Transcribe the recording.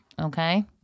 okay